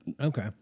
Okay